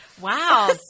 Wow